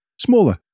smaller